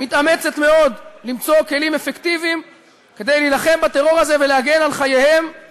מתאמצת מאוד למצוא כלים אפקטיביים כדי להילחם בטרור הזה ולהגן על חייהם,